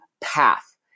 path